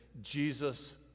Jesus